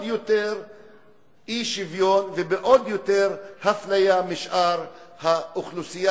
יותר אי-שוויון ובעוד יותר אפליה משאר האוכלוסייה,